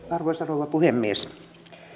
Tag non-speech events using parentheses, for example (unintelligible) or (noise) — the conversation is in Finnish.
(unintelligible) arvoisa rouva puhemies